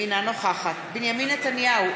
אינה נוכחת בנימין נתניהו,